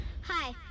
Hi